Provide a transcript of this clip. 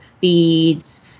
beads